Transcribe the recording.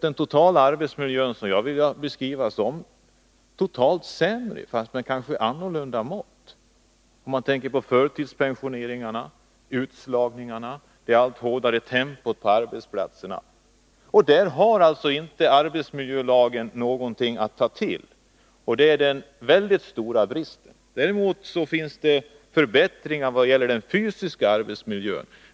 Den totala arbetsmiljön skulle jag däremot vilja beskriva som på det hela taget sämre, fastän kanske med annorlunda mått, om man tänker på förtidspensioneringarna, utslagningarna, det allt hårdare tempot på arbetsplatserna. Där är alltså arbetsmiljölagen inte någonting att ta till, och det är den stora bristen. Vad gäller den fysiska arbetsmiljön finns det emellertid förbättringar.